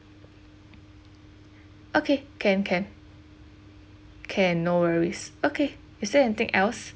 okay can can can no worries okay is there anything else